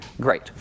great